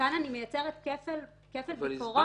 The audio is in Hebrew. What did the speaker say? כאן אני מייצרת כפל ביקורות,